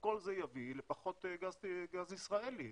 כל זה יביא לפחות גז ישראלי.